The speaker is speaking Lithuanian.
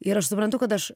ir aš suprantu kad aš